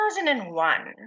2001